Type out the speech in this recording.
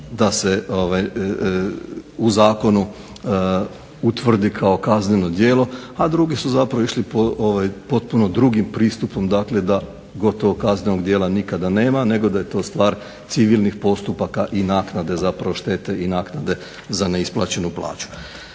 da se u zakonu utvrdi kao kazneno djelo, a drugi su išli potpuno drugim pristupom dakle, da gotovo kaznenog djela nikada nema nego da je to stvar civilnih postupaka i naknade štete i naknade za neisplaćenu plaću.